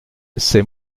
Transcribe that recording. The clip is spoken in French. c’est